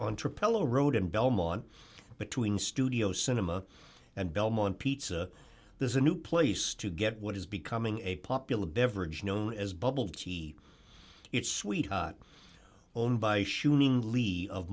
propeller road in belmont between studio cinema and belmont pizza there's a new place to get what is becoming a popular beverage known as bubble tea it's sweet hot owned by shooting lee of